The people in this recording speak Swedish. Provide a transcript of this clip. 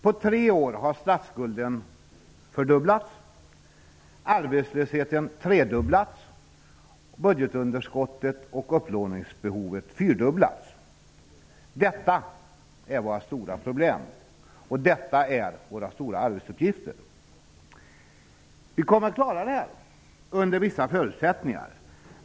På tre år har statsskulden fördubblats, arbetslösheten tredubblats samt budgetunderskottet och upplåningsbehovet fyrdubblats. Det här är våra stora problem men också våra stora arbetsuppgifter. Vi kommer att klara det hela under vissa förutsättningar.